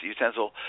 utensil